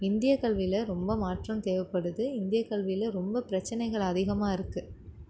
இந்தியக் கல்வியில் ரொம்ப மாற்றம் தேவைப்படுது இந்தியக் கல்வியில ரொம்ப பிரச்சனைகள் அதிகமாக இருக்குது